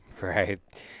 Right